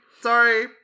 sorry